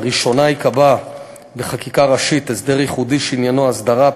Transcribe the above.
לראשונה ייקבע בחקיקה ראשית הסדר ייחודי שעניינו הסדרה,